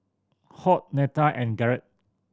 Hoyt Netta and Garret